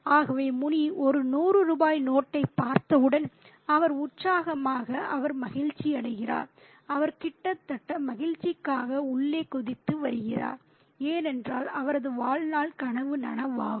ஆகவே முனி ஒரு 100 ரூபாய் நோட்டைப் பார்த்தவுடன் அவர் உற்சாகமாக அவர் மகிழ்ச்சியடைகிறார் அவர் கிட்டத்தட்ட மகிழ்ச்சிக்காக உள்ளே குதித்து வருகிறார் ஏனென்றால் அவரது வாழ்நாள் கனவு நனவாகும்